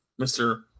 Mr